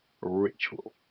ritual